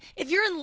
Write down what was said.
if you're, and